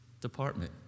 department